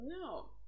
No